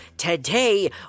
Today